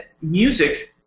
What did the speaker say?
music